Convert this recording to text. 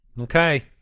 Okay